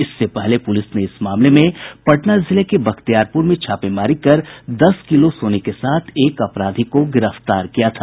इससे पहले पुलिस ने इस मामले में पटना जिले के बख्यिारपुर में छापेमारी कर दस किलो सोने के साथ एक अपराधी को गिरफ्तार किया था